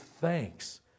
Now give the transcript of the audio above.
thanks